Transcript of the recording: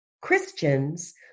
Christians